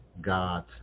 God